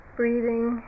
breathing